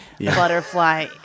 butterfly